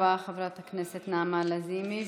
תודה רבה, חברת הכנסת נעמה לזימי.